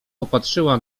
popatrzyła